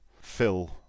Phil